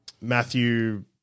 Matthew